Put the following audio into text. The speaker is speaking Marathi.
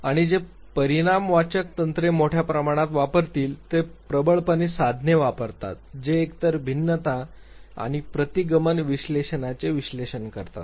आणि जे परिमाणवाचक तंत्रे मोठ्या प्रमाणात वापरतील ते प्रबळपणे साधने वापरतात जे एकतर भिन्नता किंवा प्रतिगमन विश्लेषणाचे विश्लेषण करतात